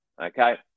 okay